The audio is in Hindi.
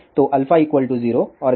तो α 0 और jβ